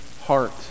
heart